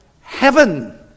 heaven